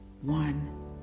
one